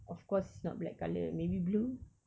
of course not black colour maybe blue